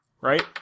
Right